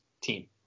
team